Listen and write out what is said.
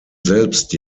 selbst